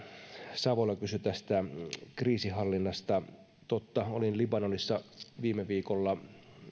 savola kysyi tästä kriisinhallinnasta totta olin libanonissa viime viikolla